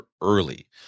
early